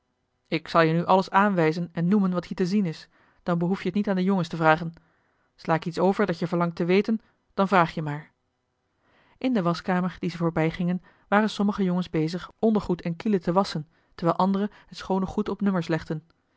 ik zal je nu alles aanwijzen en noemen wat hier te zien is dan behoef je het niet aan de jongens te vragen sla ik iets over dat je verlangt te weten dan vraag je maar in de waschkamer die ze voorbij gingen waren sommige jongens bezig ondergoed en kielen te wasschen terwijl andere het schoone goed op nummers legden